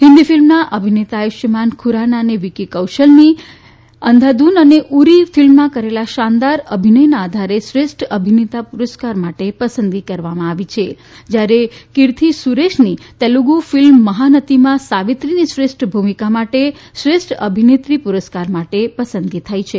હિન્દી ફિલ્મના અભિનેતા આયુષ્યમાન ખુરાના અને વિક્કી કૌશલની તેમણે અંધાધૂન અને ઉરી ફિલ્મમાં કરેલા શાનદાર અભિનયના આધારે શ્રેષ્ઠ અભિનેતા પુરસ્કાર માટે પસંદગી કરવામાં આવી છે જ્યારે કિર્થી સુરેશની તેલુગુ ફિલ્મ મહાનતીમાં સાવિત્રીની શ્રેષ્ઠ ભૂમિકા માટે શ્રેષ્ઠ અભિનેત્રી પુરસ્કાર માટે પસંદગી થઈ છે